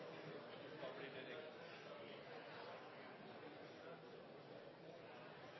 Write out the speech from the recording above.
bak. Det